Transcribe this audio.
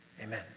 Amen